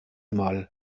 mal